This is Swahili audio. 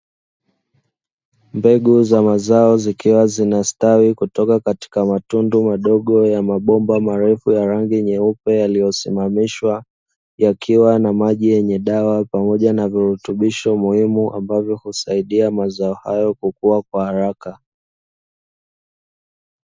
Mbegu za mazao zikiwa zinastawi kutoka katika matundu madogo ya mabomba marefu ya rangi nyeupe yaliyosimamishwa, yakiwa na maji yenye dawa pamoja na virutubisho muhimu ambavyo husaidia mazao hayo kukua kwa haraka.